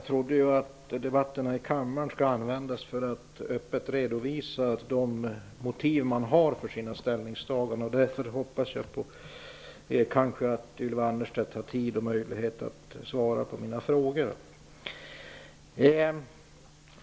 Fru talman! Debatterna i kammaren skall väl användas för att öppet redovisa de motiv man har för sina ställningstaganden. Därför hoppas jag att Ylva Annerstedt har tid och möjlighet att svara på mina frågor.